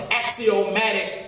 axiomatic